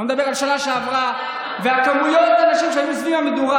אני לא מדבר על שנה שעברה וכמויות האנשים שהיו סביב המדורה.